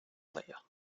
player